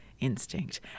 Instinct